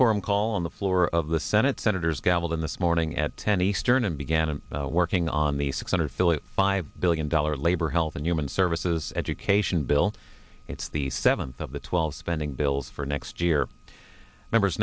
quorum call on the floor of the senate senators gavel in this morning at ten eastern and began working on the six hundred fifty five billion dollars labor health and human services education bill it's the seventh of the twelve spending bills for next year members